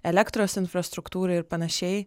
elektros infrastruktūrai ir panašiai